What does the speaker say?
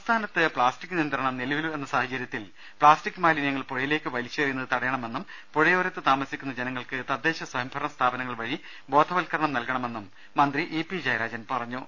സംസ്ഥാനത്ത് പ്ലാസ്റ്റിക് നിയന്ത്രണം നിലവിൽ വന്ന സാഹചര്യത്തിൽ പ്ലാസ്റ്റിക് മാലിന്യങ്ങൾ പുഴയിലേക്ക് വലിച്ചെറിയുന്നത് തടയണമെന്നും പുഴയോരത്ത് താമസിക്കുന്ന ജനങ്ങൾക്ക് തദ്ദേശസ്വയംഭരണ സ്ഥാപനങ്ങൾ വഴി ബോധവൽക്കരണം നൽകണമെന്നും മന്ത്രി ഇ പി ജയരാജൻ പറഞ്ഞു